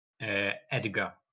Edgar